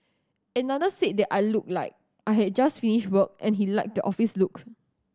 another said that I looked like I had just finished work and he liked the office look